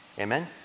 amen